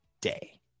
day